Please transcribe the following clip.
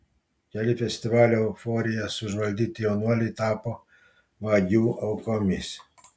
keli festivalio euforijos užvaldyti jaunuoliai tapo vagių aukomis